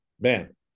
man